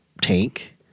tank